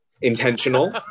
intentional